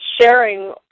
sharing